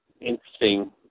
interesting